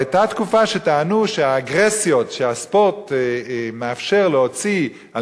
היתה תקופה שטענו שהספורט מאפשר להוציא את האגרסיות